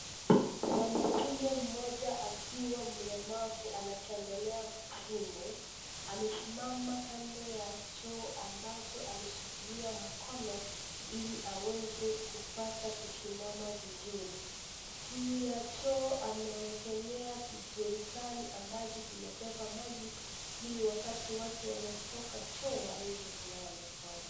Mwanaume mmoja, akiwa mlemavu, anatembelea msimbo. Amesimama kando ya choo ambacho ameshikilia mkono, ili aweze kupata kusimama vizuri. Juu ya choo, amewekelea kijerikani, ambacho kimebeba maji, ili wakati watu wametoka choo waweze kunawa mikono.